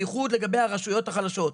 בייחוד לגבי הרשויות החלשות.